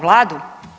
Vladu?